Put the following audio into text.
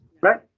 Right